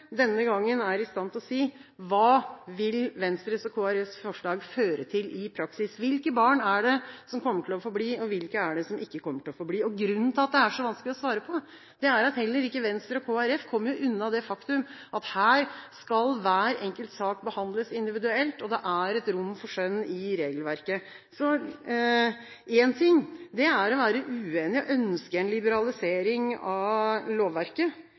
denne gangen er i stand til å si hva Venstre og Kristelig Folkepartis forslag vil føre til i praksis. Hvilke barn er det som kommer til å få bli, og hvilke er det som ikke kommer til å få bli? Grunnen til at det er så vanskelig å svare på, er at heller ikke Venstre og Kristelig Folkeparti kommer unna det faktum at her skal hver enkelt sak behandles individuelt, og det er et rom for skjønn i regelverket. Så én ting er å være uenig og ønske en liberalisering av lovverket,